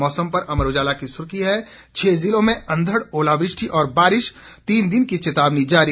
मौसम पर अमर उजाला की सुर्खी है छह जिलों में अंधड़ ओलावृष्टि और बारिश तीन दिन की चेतावनी जारी